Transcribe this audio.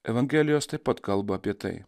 evangelijos taip pat kalba apie tai